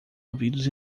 ouvidos